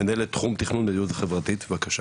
מנהלת תחום תכנון מדיניות חברתית, בבקשה.